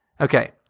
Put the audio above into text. Okay